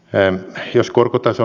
hän jos korkotaso